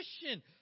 Christian